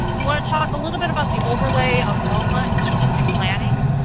we want to talk a little bit about the overlay of roma in strategic planning.